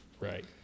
Right